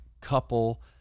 couple